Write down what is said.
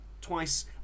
twice